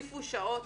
להוסיף שעות,